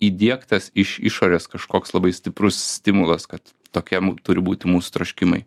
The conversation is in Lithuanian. įdiegtas iš išorės kažkoks labai stiprus stimulas kad tokiam turi būti mūsų troškimai